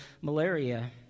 malaria